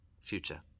future